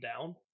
down